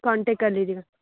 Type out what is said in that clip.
contact कर लीजिएगा